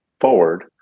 forward